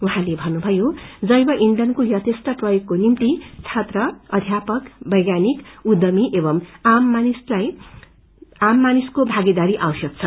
उहाँले भन्नुभ्नयो जैव ईथनको यथेष्ट प्रयोगको निम्ति छात्र अध्यापक वैज्ञानिलक उध्यमी एवं आम मासिको भागीदारी आवश्यक छ